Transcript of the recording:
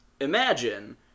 Imagine